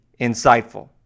insightful